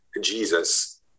Jesus